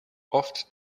oft